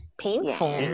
painful